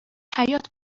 حیاط